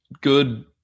good